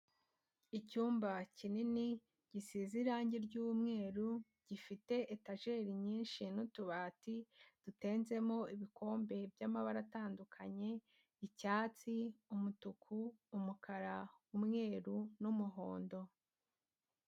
Icyumba kinini gisize irange ry'umweru, gifite etajeri nyinshi n'utubati dutenzemo ibikombe by'amabara atandukanye, icyatsi, umutuku, umukara, umweru n'umuhondo.